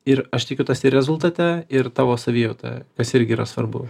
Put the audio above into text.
ir aš tikiu tas ir rezultate ir tavo savijauta kas irgi yra svarbu